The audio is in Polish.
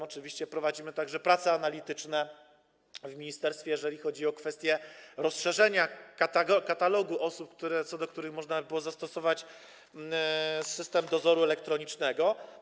Oczywiście prowadzimy także prace analityczne w ministerstwie, jeżeli chodzi o kwestię rozszerzenia katalogu osób, co do których można by było zastosować system dozoru elektronicznego.